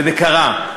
וזה קרה,